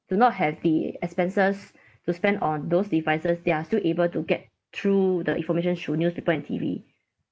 do not have the expenses to spend on those devices they are still able to get through the information through newspaper and T_V